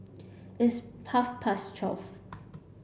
its half past twelve